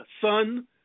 son